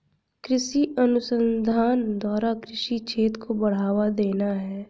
कृषि अनुसंधान द्वारा कृषि क्षेत्र को बढ़ावा देना है